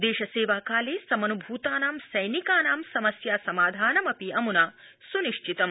देशसेवाकाले समन्भूतानां सैनिकानां समस्या समाधानमपि अमुना सुनिधितम्